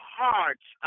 hearts